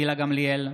גילה גמליאל,